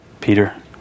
Peter